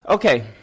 Okay